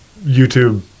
YouTube